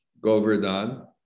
Govardhan